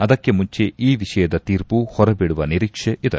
ಅದಕ್ಕೆ ಮುಂಜೆ ಈ ವಿಷಯದ ತೀರ್ಪು ಹೊರಬೀಳುವ ನಿರೀಕ್ಷೆ ಇದೆ